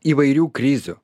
įvairių krizių